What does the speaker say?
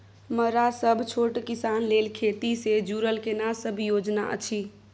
मरा सब छोट किसान लेल खेती से जुरल केना सब योजना अछि?